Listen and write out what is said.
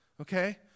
okay